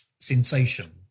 sensation